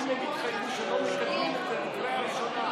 אם הם התחייבו שלא מקדמים את זה לקריאה ראשונה,